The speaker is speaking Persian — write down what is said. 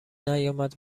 نیامد